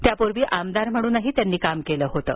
त्यापूर्वी आमदार म्हणून त्यांनी काम केलं होतं